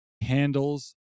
handles